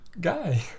guy